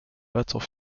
battent